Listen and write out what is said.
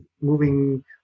moving